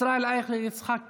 ישראל אייכלר ויצחק פינדרוס,